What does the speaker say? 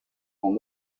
son